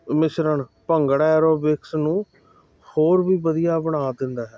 ਮਿਸ਼ਰਣ ਭੰਗੜਾ ਐਰੋਬਿਕਸ ਨੂੰ ਹੋਰ ਵੀ ਵਧੀਆ ਬਣਾ ਦਿੰਦਾ ਹੈ